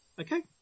Okay